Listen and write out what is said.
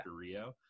Rio